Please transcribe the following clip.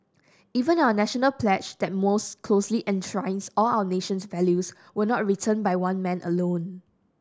even are national pledge that most closely enshrines all our nation's values was not written by one man alone